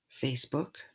Facebook